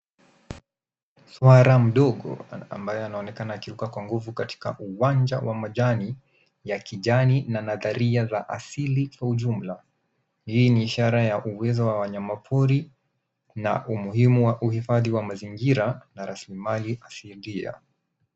Swara mdogo ambaye anaonekana kuruka kwa nguvu katika uwanja wa majani ya kijani na nadharia ya asili. Kwa ujumla hii ni ishara ya uwezo wa wanyamapori na umuhimu wa uhifadhi wa mazingira na rasilimali asilia.